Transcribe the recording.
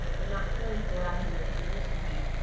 and not feeling so active as he used to be.